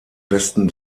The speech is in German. besten